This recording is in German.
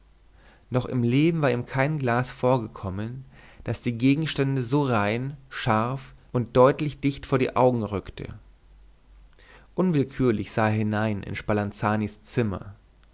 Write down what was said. noch im leben war ihm kein glas vorgekommen das die gegenstände so rein scharf und deutlich dicht vor die augen rückte unwillkürlich sah er hinein in spalanzanis zimmer